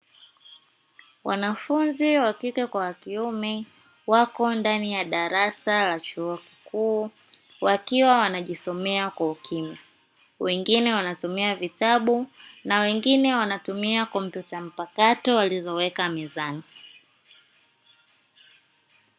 Wanafunzi wakike kwa wakiume wako ndani ya darasa la chuo kikuu, wakiwa wanajisomea kimya wengine wanatumia vitabu wengine kompyuta mpakato walizoweka mezani.